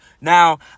Now